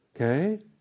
Okay